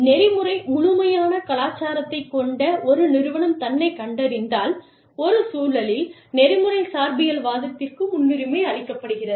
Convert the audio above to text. நெறிமுறை முழுமையான கலாச்சாரத்தைக் கொண்ட ஒரு நிறுவனம் தன்னைக் கண்டறிந்தால் ஒரு சூழலில் நெறிமுறை சார்பியல் வாதத்திற்கு முன்னுரிமை அளிக்கப்படுகிறது